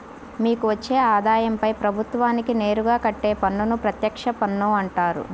మీకు వచ్చే ఆదాయంపై ప్రభుత్వానికి నేరుగా కట్టే పన్నును ప్రత్యక్ష పన్ను అంటారు